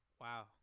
Wow